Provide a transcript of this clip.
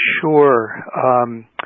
Sure